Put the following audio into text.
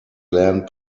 land